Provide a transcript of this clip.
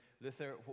Luther